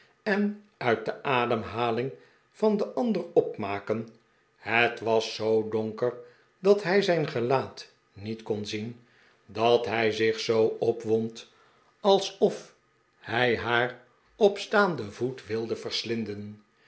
en uit de ademhaling van den ander opmaken het was zoo donker dat hij zijn gelaat niet kon zien dat hij zich zoo opwond alsof hij haar op staanden voet wilde verslinden